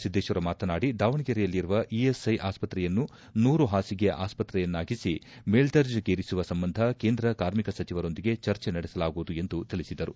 ಸಿದ್ದೇಶ್ವರ ಮಾತನಾಡಿ ದಾವಣಗೆರೆಯಲ್ಲಿರುವ ಇಎಸ್ಐ ಆಸ್ತ್ರೆಯನ್ನು ನೂರು ಪಾಸಿಗೆಯ ಆಸ್ತ್ರೆಯನ್ನಾಗಿಸಿ ಮೇಲ್ವರ್ಣೆಗೇರಿಸುವ ಸಂಬಂಧ ಕೇಂದ್ರ ಕಾರ್ಮಿಕ ಸಚಿವರೊಂದಿಗೆ ಚರ್ಚೆ ನಡೆಸಲಾಗುವುದು ಎಂದು ತಿಳಿಸಿದರು